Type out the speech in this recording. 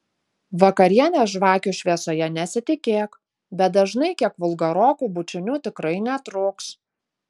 vakarienės žvakių šviesoje nesitikėk bet dažnai kiek vulgarokų bučinių tikrai netrūks